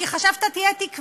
כי חשב שאתה תהיה תקווה,